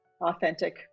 authentic